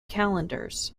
calendars